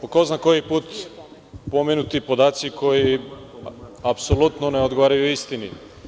Po ko zna koji put, pomenuti podaci koji apsolutno ne odgovaraju istini.